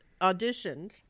auditioned